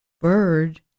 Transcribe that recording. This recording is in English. bird